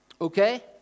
okay